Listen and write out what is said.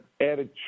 added